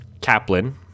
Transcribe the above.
Kaplan